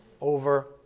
over